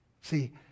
See